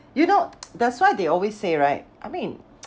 you know that's why they always say right I mean